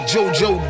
Jojo